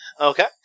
Okay